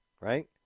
right